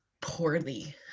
poorly